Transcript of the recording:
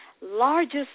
Largest